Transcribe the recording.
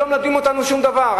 שלא מלמדים אותנו שום דבר,